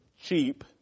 cheap